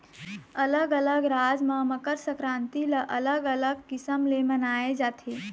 अलग अलग राज म मकर संकरांति ल अलग अलग किसम ले मनाए जाथे